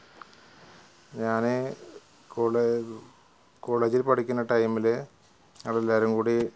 ഞാന് കോളേ കോളേജില് പഠിക്കുന്ന ടൈമില് ഞങ്ങളെല്ലാവരും കൂടി